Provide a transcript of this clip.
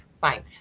fine